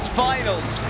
finals